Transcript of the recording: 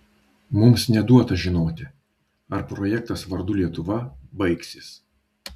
mums neduota žinoti ar projektas vardu lietuva baigsis